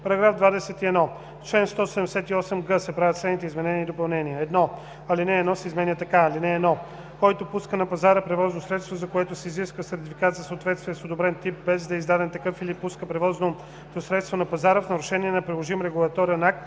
„§ 21. В чл. 178г се правят следните изменения и допълнения: 1. Алинея 1 се изменя така: „(1) Който пуска на пазара превозно средство, за което се изисква сертификат за съответствие с одобрен тип, без да е издаден такъв, или пуска превозното средство на пазара в нарушение на приложим регулаторен акт,